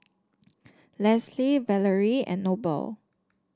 Leslee Valerie and Noble